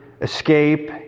escape